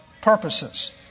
purposes